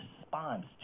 response